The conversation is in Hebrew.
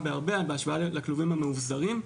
בהרבה בהשוואה לכלובים המאובזרים.